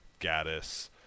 Gaddis